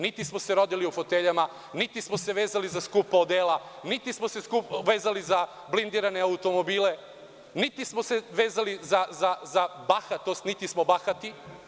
Niti smo se rodili u foteljama, niti smo se vezali za skupa odela, niti smo se skupo vezali za blindirane automobile, niti smo se vezali za bahatost, niti smo bahati.